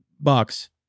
bucks